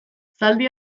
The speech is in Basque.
zaldi